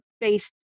based